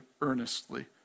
earnestly